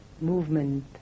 movement